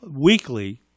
weekly